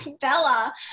Bella